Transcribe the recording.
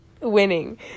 Winning